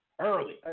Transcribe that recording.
early